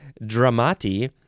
dramati